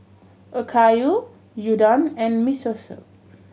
Okayu Gyudon and Miso Soup